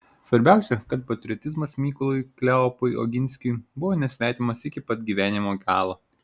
svarbiausia kad patriotizmas mykolui kleopui oginskiui buvo nesvetimas iki pat gyvenimo galo